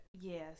Yes